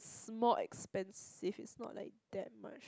is more expensive is not like that much